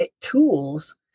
tools